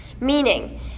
Meaning